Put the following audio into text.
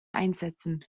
einsetzen